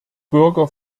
bürger